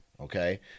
okay